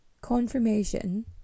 Confirmation